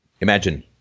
imagine